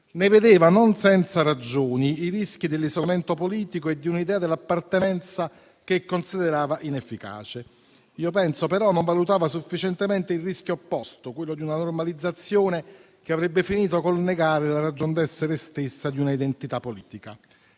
ne vedeva, non senza ragioni, i rischi dell'isolamento politico e di un'idea dell'appartenenza che considerava inefficace. Penso però che non valutasse sufficientemente il rischio opposto, quello di una normalizzazione che avrebbe finito col negare la ragion d'essere stessa di una identità politica.